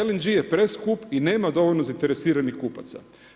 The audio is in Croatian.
LNG je preskup i nema dovoljno zainteresiranih kupaca.